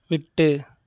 விட்டு